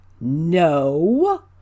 no